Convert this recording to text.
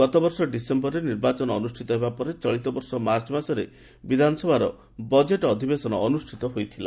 ଗତବର୍ଷ ଡିସେୟରରେ ନିର୍ବାଚନ ଅନୁଷ୍ଠିତ ହେବା ପରେ ଚଳିତ ବର୍ଷ ମାର୍ଚ୍ଚ ମାସରେ ବିଧାନସଭାର ବଜେଟ୍ ଅଧିବେଶନ ଅନୁଷ୍ଠିତ ହୋଇଥିଲା